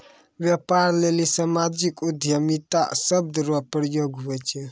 व्यापार लेली सामाजिक उद्यमिता शब्द रो प्रयोग हुवै छै